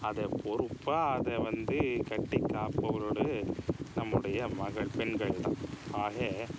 அதை பொறுப்பாக அதை வந்து கட்டிக் காப்பவரோடு நம்மளுடைய மகள் பெண்கள் தான் ஆக